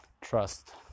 trust